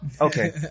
Okay